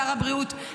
שר הבריאות,